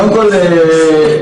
קודם כול,